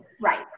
Right